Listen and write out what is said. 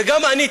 וגם אני,